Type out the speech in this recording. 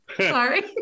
Sorry